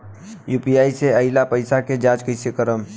UPI से आइल पईसा के जाँच कइसे करब?